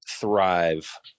thrive